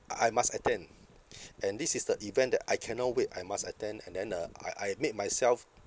I must attend and this is the event that I cannot wait I must attend and then uh I I made myself